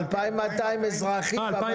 2,200 אזרחים.